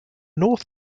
north